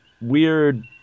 weird